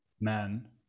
men